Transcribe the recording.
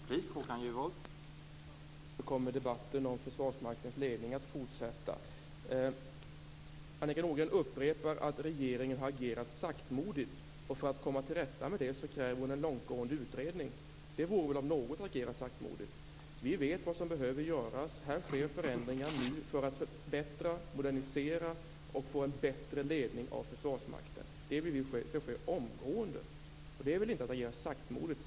Herr talman! Sannolikt kommer debatten om Försvarsmaktens ledning att fortsätta. Annika Nordgren upprepar att regeringen har agerat saktmodigt. För att komma till rätta med detta kräver hon en långtgående utredning. Det vore väl om något att agera saktmodigt. Vi vet vad som behöver göras. Vi vill att det omgående skall ske förbättringar för att modernisera och få en bättre ledning av Försvarsmakten. Det är väl inte att agera saktmodigt.